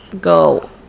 go